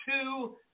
two